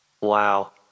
Wow